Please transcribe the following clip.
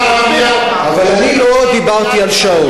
אבל אני לא דיברתי על שעון.